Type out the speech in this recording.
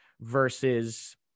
versus